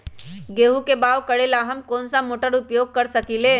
गेंहू के बाओ करेला हम कौन सा मोटर उपयोग कर सकींले?